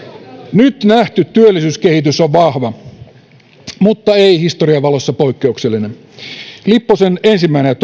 nyt nähty työllisyyskehitys on vahva mutta ei historian valossa poikkeuksellinen lipposen ensimmäisen ja